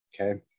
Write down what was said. Okay